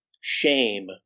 shame